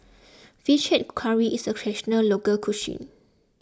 Fish Head Curry is a Traditional Local Cuisine